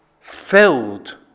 filled